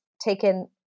taken